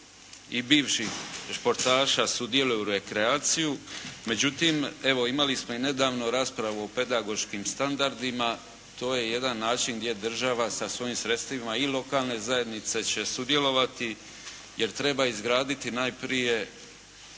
i bivših športaša sudjeluje u rekreaciji, međutim, evo imali smo i nedavno raspravu o pedagoškim standardima, to je jedan način gdje država sa svojim sredstvima i lokalne zajednice će sudjelovati jer treba izgraditi najprije